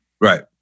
Right